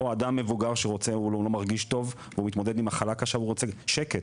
או אדם מבוגר שלא מרגיש טוב ומתמודד עם מחלה קשה ורוצה שקט.